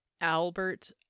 Albert